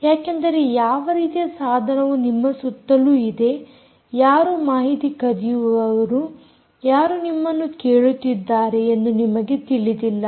ಯಾಕೆಂದರೆ ಯಾವ ರೀತಿಯ ಸಾಧನವು ನಿಮ್ಮ ಸುತ್ತಲೂ ಇದೆ ಯಾರು ಮಾಹಿತಿ ಕದಿಯುವವರು ಯಾರು ನಿಮ್ಮನ್ನು ಕೇಳುತ್ತಿದ್ದಾರೆ ಎಂದು ನಿಮಗೆ ತಿಳಿದಿಲ್ಲ